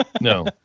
No